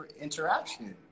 interaction